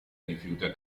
rifiuta